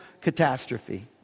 catastrophe